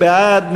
מי בעד?